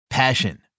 Passion